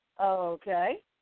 Okay